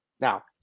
Now